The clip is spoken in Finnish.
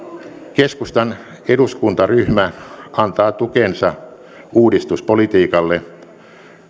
keskustan eduskuntaryhmä antaa tukensa uudistuspolitiikalle